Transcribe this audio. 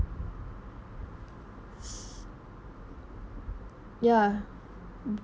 ya